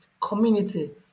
community